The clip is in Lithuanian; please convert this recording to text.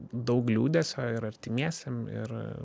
daug liūdesio ir artimiesiem ir